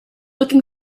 looking